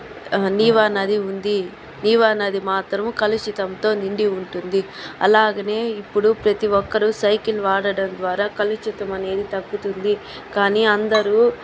నీవా నది ఉంది నీవా నది మాత్రము కలుషితముతో నిండి ఉంటుంది అలాగే ఇప్పుడు ప్రతి ఒక్కరూ సైకిల్ వాడడం ద్వారా కలుషితం అనేది తగ్గుతుంది కానీ అందరూ